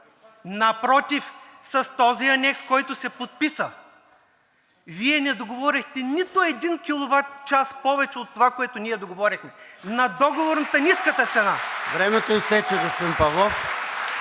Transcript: Напротив, с този анекс, който се подписа, Вие не договорихте нито един киловатчас повече от това, което ние договорихме на договорната, ниската цена. (Бурни ръкопляскания